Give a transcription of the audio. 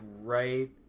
right